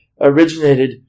originated